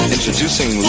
Introducing